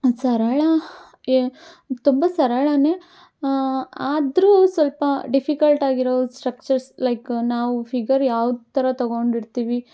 ಸರಳ ಎ ತುಂಬ ಸರಳವೇ ಆದರೂ ಸ್ವಲ್ಪ ಡಿಫಿಕಲ್ಟ್ ಆಗಿರೋ ಸ್ಟ್ರಕ್ಚರ್ಸ್ ಲೈಕ್ ನಾವು ಫಿಗರ್ ಯಾವ ಥರ ತಗೊಂಡಿರ್ತೀವಿ